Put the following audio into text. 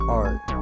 art